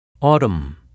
Autumn